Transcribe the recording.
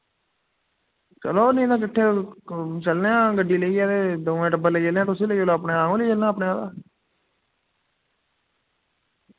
चलो नेईं तां किट्ठे चलने आं गड्डी लेइयै ते दवैं टब्बर लेई चलने आं तुस बी लेई चलो अपने आ'ऊं बी लेई चलना अपने आह्ला